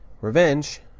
Revenge